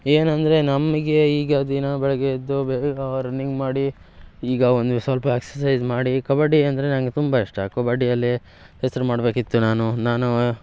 ಏನಂದರೆ ನಮಗೆ ಈಗ ದಿನಾ ಬೆಳಿಗ್ಗೆ ಎದ್ದು ಬೇಗ ರನ್ನಿಂಗ್ ಮಾಡಿ ಈಗ ಒಂದು ಸ್ವಲ್ಪ ಎಕ್ಸಸೈಜ್ ಮಾಡಿ ಕಬಡ್ಡಿ ಅಂದರೆ ನಂಗೆ ತುಂಬ ಇಷ್ಟ ಕಬಡ್ಡಿಯಲ್ಲಿ ಹೆಸರು ಮಾಡಬೇಕಿತ್ತು ನಾನು ನಾನು